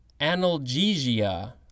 analgesia